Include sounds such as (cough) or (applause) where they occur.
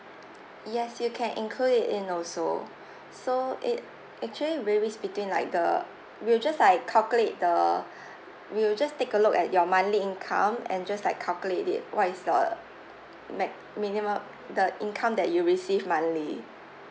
yes you can include it in also (breath) so it actually varies between like the we'll just like calculate the (breath) we'll just take a look at your monthly income and just like calculate it what is the max minimum the income that you receive monthly